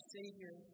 Savior